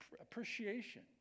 appreciation